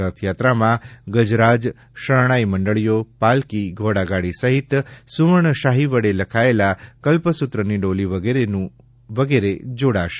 રથયાત્રામાં ગજરાજ શરણાઈ મંડળીઓ પાલકી ઘોડાગાડી સહિત સુવર્ણ શાહી વડે લવાયેલા કલ્પસૂત્રની ડોલી વગેરે જોડાશે